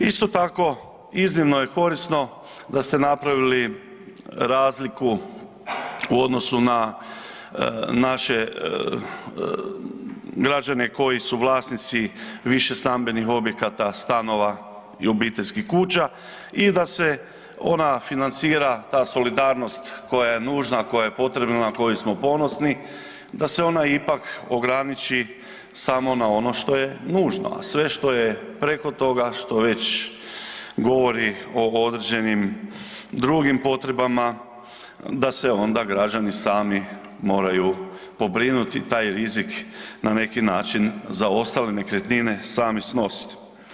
Isto tako iznimno je korisno da ste napravili razliku u odnosu na naše građane koji su vlasnici višestambenih objekata, stanova i obiteljskih kuća i da se ona financira, ta solidarnost, koja je nužna, koja je potrebna na koju smo ponosni, da se ona ipak ograniči samo na ono što je nužno a sve što je preko toga, što već govori o određenim drugim potrebama, da se onda građani sami moraju pobrinuti i taj rizik na neki način za ostale nekretnine sami snositi.